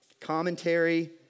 commentary